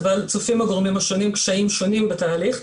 צופים הגורמים השונים קשיים שונים בתהליך,